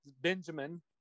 Benjamin